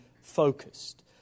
focused